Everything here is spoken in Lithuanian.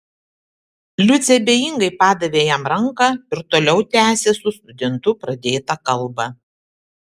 liucė abejingai padavė jam ranką ir toliau tęsė su studentu pradėtą kalbą